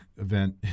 event